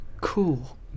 Cool